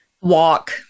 Walk